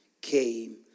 came